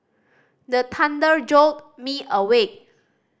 the thunder jolt me awake